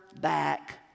back